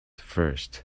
first